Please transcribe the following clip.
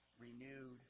renewed